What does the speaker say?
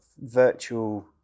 virtual